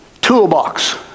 toolbox